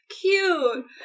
cute